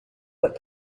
would